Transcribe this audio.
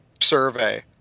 survey